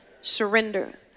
surrender